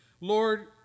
Lord